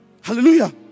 Hallelujah